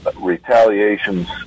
retaliations